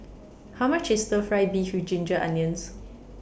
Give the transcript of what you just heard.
How much IS Stir Fry Beef with Ginger Onions